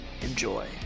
enjoy